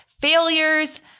Failures